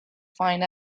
find